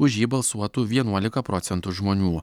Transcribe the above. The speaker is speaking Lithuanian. už jį balsuotų vienuolika procentų žmonių